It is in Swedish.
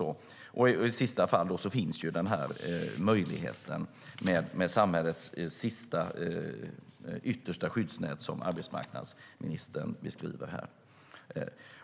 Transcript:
I sista hand finns möjligheten till samhällets yttersta skyddsnät, som arbetsmarknadsministern beskriver här.